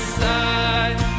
side